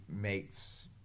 makes